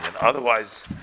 Otherwise